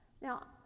Now